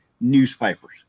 newspapers